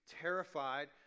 terrified